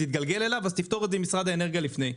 יתגלגל אליו אז שיפתור את זה עם משרד האנרגיה לפני.